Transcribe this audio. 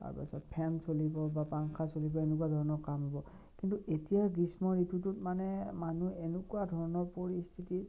তাৰপাছত ফেন চলিব বা পাংখা চলিব এনেকুৱা ধৰণৰ কাম হ'ব কিন্তু এতিয়া গ্ৰীষ্ম ঋতুটোত মানে মানুহ এনেকুৱা ধৰণৰ পৰিস্থিতি